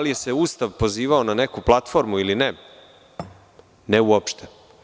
Da li se Ustav pozivao na neku platformu ili ne, ne uopšte.